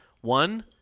One